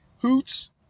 Hoots